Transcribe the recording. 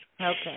Okay